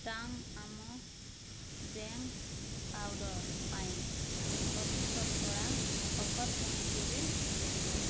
Tang ଆମ ଡ଼୍ୟାଙ୍କ୍ powder ପାଇଁ ଅଶୀ ଶତକଡ଼ା ଅଫର୍ ପୁଣି କେବେ ଫେରିବ